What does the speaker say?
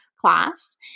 class